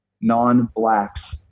non-Blacks